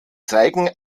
zeigen